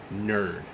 nerd